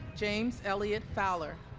james elliott fowler